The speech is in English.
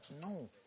no